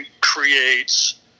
creates